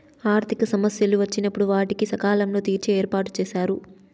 ఆర్థిక సమస్యలు వచ్చినప్పుడు వాటిని సకాలంలో తీర్చే ఏర్పాటుచేశారు